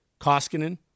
Koskinen